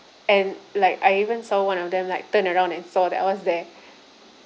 and like I even saw one of them like turn around and saw that I was there